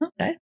Okay